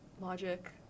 Logic